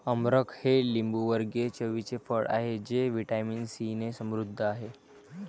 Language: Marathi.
अमरख हे लिंबूवर्गीय चवीचे फळ आहे जे व्हिटॅमिन सीने समृद्ध आहे